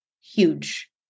Huge